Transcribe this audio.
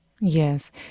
Yes